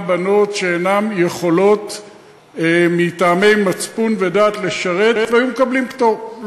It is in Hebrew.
בנות שאינן יכולות מטעמי מצפון ודת לשרת והיו מקבלות פטור,